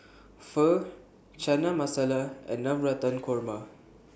Pho Chana Masala and Navratan Korma